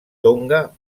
tonga